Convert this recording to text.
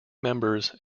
members